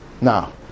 Now